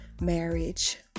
marriage